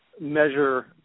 measure